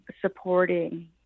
supporting